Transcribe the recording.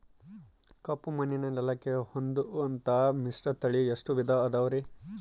ಕಪ್ಪುಮಣ್ಣಿನ ನೆಲಕ್ಕೆ ಹೊಂದುವಂಥ ಮಿಶ್ರತಳಿ ಎಷ್ಟು ವಿಧ ಅದವರಿ?